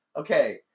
Okay